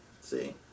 see